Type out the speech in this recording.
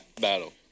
battle